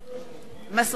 מסעוד גנאים,